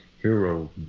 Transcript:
Hero